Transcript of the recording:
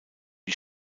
die